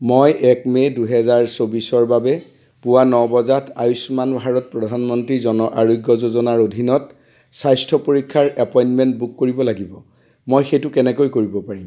মই এক মে' দুহেজাৰ চৌবিছৰ বাবে পুৱা ন বজাত আয়ুষ্মান ভাৰত প্ৰধানমন্ত্ৰী জন আৰোগ্য যোজনাৰ অধীনত স্বাস্থ্য পৰীক্ষাৰ এপইণ্টমেণ্ট বুক কৰিব লাগিব মই সেইটো কেনেকৈ কৰিব পাৰিম